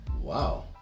Wow